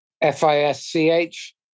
F-I-S-C-H